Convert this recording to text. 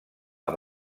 amb